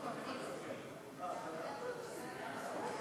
חברת הכנסת זנדברג הציעה כאן הצעת חוק שנדונה בוועדת